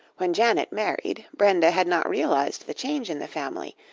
when janet married, brenda had not realized the change in the family.